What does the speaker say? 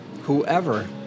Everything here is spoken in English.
whoever